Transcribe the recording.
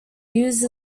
used